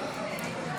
מילואים)